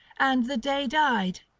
and the day died,